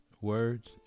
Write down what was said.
words